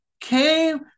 came